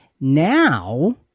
Now